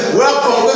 welcome